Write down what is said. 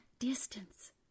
Distance